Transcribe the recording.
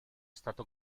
stato